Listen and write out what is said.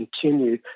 continue